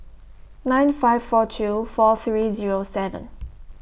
nine five four two four three Zero seven